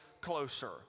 closer